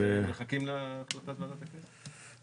מחכים להחלטת ועדת הכנסת.